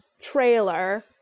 trailer